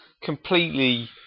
completely